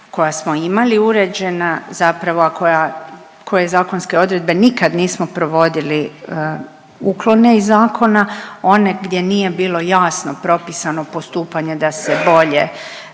koja smo imali uređena zapravo a koje zakonske odredbe nikad nismo provodili uklone iz zakona one gdje nije bilo jasno propisano postupanje da se bolje